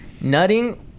nutting